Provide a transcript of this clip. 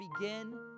begin